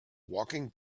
walking